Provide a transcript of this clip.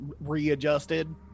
readjusted